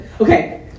Okay